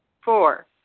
Four